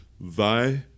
Thy